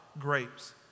grapes